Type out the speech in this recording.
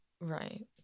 Right